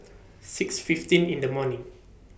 six fifteen in The morning